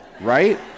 right